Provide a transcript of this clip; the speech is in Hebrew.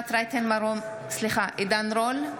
עידן רול,